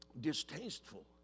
distasteful